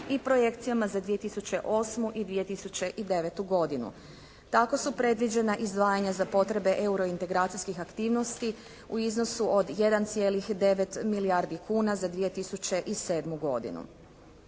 i projekcijama za 2008. i 2009. godinu. Tako su predviđena izdvajanja za potrebe eurointegracijskih aktivnosti u iznosu od 1,9 milijardi kuna za 2007. godinu.